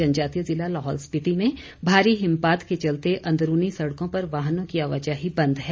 जनजातीय जिला लाहौल स्पिति में भारी हिमपात के चलते अंदरूनी सड़कों पर वाहनों की आवाजाही बंद है